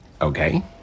Okay